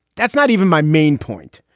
that's not even my main point.